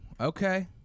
okay